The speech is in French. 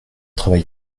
travail